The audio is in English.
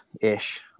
ish